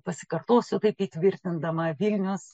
pasikartosiu taip įtvirtindama vilnius